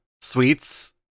sweets